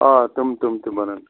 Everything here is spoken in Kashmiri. آ تِم تِم تہٕ بنن